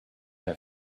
have